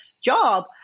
job